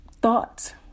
thoughts